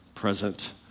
present